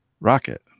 Rocket